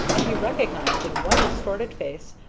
and he recognized in one distorted face,